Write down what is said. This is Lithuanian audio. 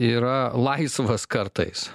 yra laisvas kartais